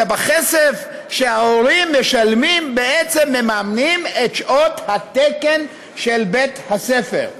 אלא בכסף שההורים משלמים בעצם מממנים את שעות התקן של בית הספר.